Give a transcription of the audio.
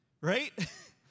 Right